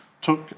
took